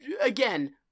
again